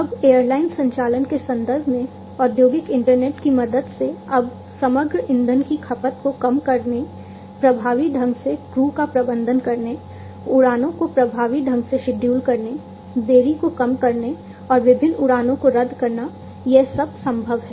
अब एयरलाइन संचालन के संदर्भ में औद्योगिक इंटरनेट की मदद से अब समग्र ईंधन की खपत को कम करने प्रभावी ढंग से क्रू का प्रबंधन करने उड़ानों को प्रभावी ढंग से शेड्यूल करने देरी को कम करने और विभिन्न उड़ानों को रद्द करना यह सब संभव है